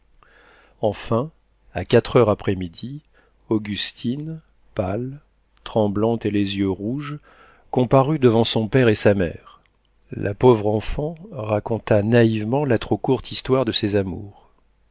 enfin à quatre heures après midi augustine pâle tremblante et les yeux rouges comparut devant son père et sa mère la pauvre enfant raconta naïvement la trop courte histoire de ses amours